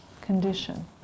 condition